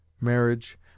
marriage